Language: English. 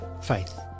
faith